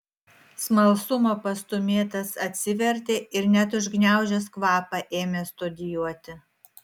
smalsumo pastūmėtas atsivertė ir net užgniaužęs kvapą ėmė studijuoti